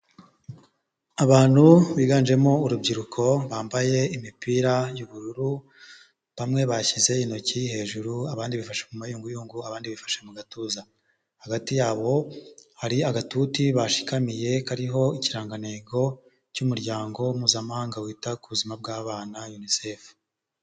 Abantu biganjemo urubyiruko, bambaye imipira y'ubururu, bamwe bashyize intoki hejuru, abandi bifasha mu mayunguyungu, abandi bifashe mu gatuza. Hagati yabo hari agatuti bashikamiye, kariho ikirangantego cy'umuryango mpuzamahanga wita ku buzima bw'abana unisefu.